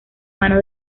mano